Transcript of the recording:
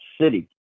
city